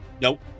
Nope